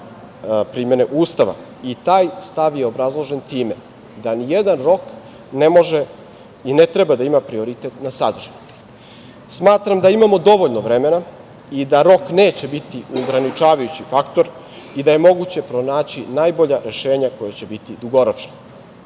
promene Ustava i taj stav je obrazložen time da ni jedan rok ne može i ne treba da ima prioritet na sadržinu. Smatram da imamo dovoljno vremena i da rok neće biti ograničavajući faktor i da je moguće pronaći najbolja rešenja koja će biti dugoročna.